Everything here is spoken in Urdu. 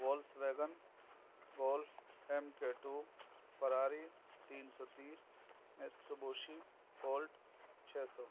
وولسویگن گولف ایم کیٹو فراری تین سو تیس میسوبوشی وولٹ چھ سو